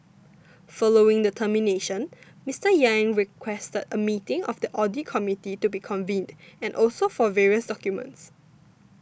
following the termination Mister Yang requested a meeting of the audit committee to be convened and also for various documents